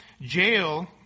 jail